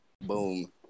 Boom